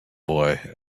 boy